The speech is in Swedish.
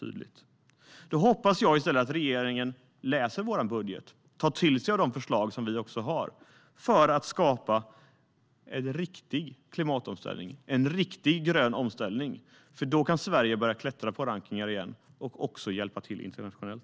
Jag hoppas att regeringen i stället läser vår budget och tar till sig av de förslag som vi har för att skapa en riktig klimatomställning - en riktig, grön omställning. Då kan Sverige börja klättra i rankningar igen och även hjälpa till internationellt.